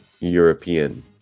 European